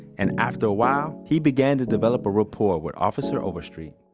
and after a while, he began to develop a rapport with officer overstreet